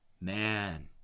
Man